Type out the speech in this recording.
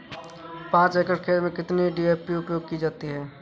पाँच एकड़ खेत में कितनी डी.ए.पी उपयोग की जाती है?